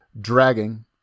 dragging